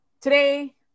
today